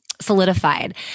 solidified